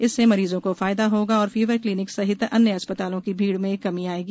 इससे मरीजों को फायदा होगा और फीवर क्लीनिक सहित अन्य अस्पतालों की भीड़ में कमी आयेगी